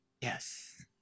yes